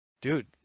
dude